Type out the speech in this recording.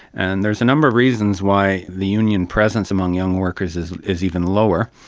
and there's a number of reasons why the union presence among young workers is is even lower.